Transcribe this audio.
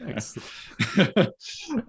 Thanks